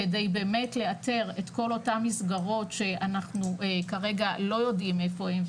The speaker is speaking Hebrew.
כדי באמת לאתר את כל אותם מסגרות שאנחנו כרגע לא יודעים איפה הם,